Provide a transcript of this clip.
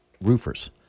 roofers